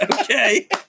Okay